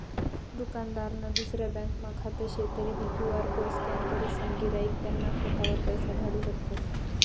दुकानदारनं दुसरा ब्यांकमा खातं शे तरीबी क्यु.आर कोड स्कॅन करीसन गिराईक त्याना खातावर पैसा धाडू शकतस